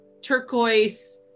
turquoise